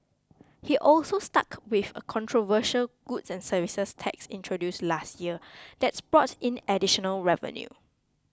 he also stuck with a controversial goods and services tax introduced last year that's brought in additional revenue